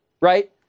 right